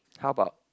how about